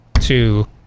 two